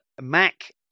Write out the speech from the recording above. Mac